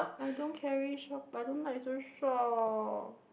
I don't carry shop but I don't like to shop